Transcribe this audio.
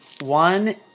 One